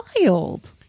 wild